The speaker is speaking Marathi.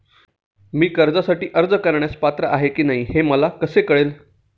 मी कर्जासाठी अर्ज करण्यास पात्र आहे की नाही हे मला कसे कळेल?